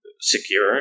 secure